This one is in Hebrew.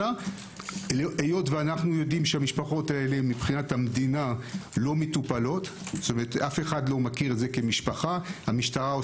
היות שהמשפחות האלה מבחינת המדינה לא מטופלות המשטרה עושה ככל